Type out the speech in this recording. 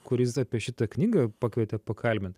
kuris apie šitą knygą pakvietė pakalbint